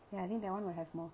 ya I think that [one] will have more